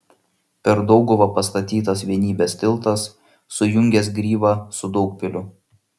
per dauguvą pastatytas vienybės tiltas sujungęs gryvą su daugpiliu